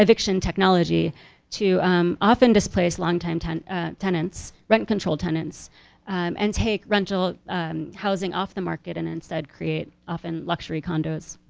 eviction technology to um often displace long time ah tenants, rent control tenants and take rental housing off the market and instead, create, often luxury condos.